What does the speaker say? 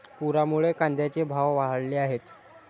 पुरामुळे कांद्याचे भाव वाढले आहेत